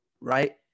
Right